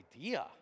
idea